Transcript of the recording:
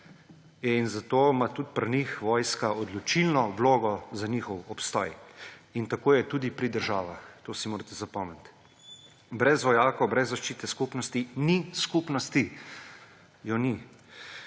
in zato ima tudi pri njih vojska odločilno vlogo za njihov obstoj. In tako je tudi pri državah, to si morate zapomniti. Brez vojakov, brez zaščite skupnosti ni skupnosti. Je ni.